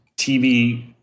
TV